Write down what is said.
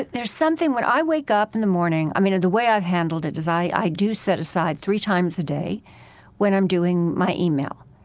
there's something when i wake up in the morning i mean, the way i've handled it is i do set aside three times a day when i'm doing my email.